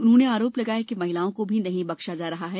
उन्होंन आरोप लगाया कि महिलाओं को भी नहीं बख्शा जा रहा है